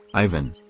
ivan.